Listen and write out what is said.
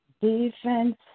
defense